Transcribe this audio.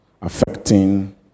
affecting